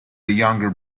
younger